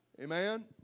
Amen